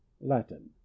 Latin